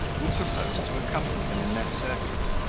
who proposed to accompany them in their circuit.